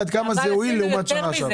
עד כמה זה הועיל לעומת שנה שעברה.